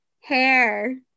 hair